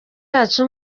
yacu